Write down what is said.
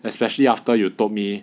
especially after you told me